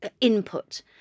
input